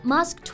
Musk